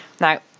Now